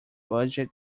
budget